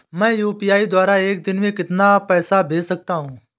मैं यू.पी.आई द्वारा एक दिन में कितना पैसा भेज सकता हूँ?